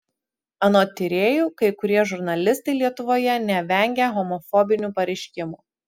anot tyrėjų kai kurie žurnalistai lietuvoje nevengia homofobinių pareiškimų